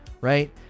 right